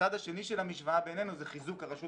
הצד השני של המשוואה בעייננו זה חיזוק הרשות